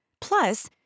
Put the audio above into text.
Plus